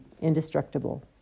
indestructible